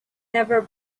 never